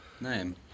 Name